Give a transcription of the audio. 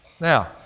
Now